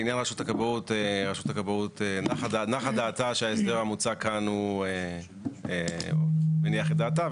לעניין רשות הכבאות ההסדר המוצע כאן מניח את דעתה,